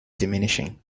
diminishing